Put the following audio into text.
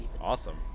Awesome